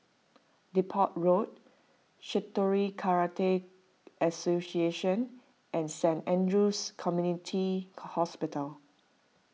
Depot Road Shitoryu Karate Association and Saint andrew's Community Hospital